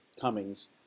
cummings